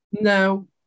No